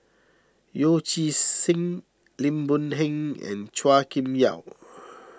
Yee Chia Hsing Lim Boon Heng and Chua Kim Yeow